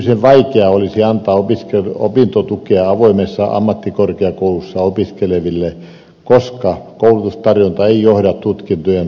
erityisen vaikeaa olisi antaa opintotukea avoimessa ammattikorkeakoulussa opiskeleville koska koulutustarjonta ei johda tutkintojen suorittamiseen